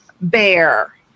bear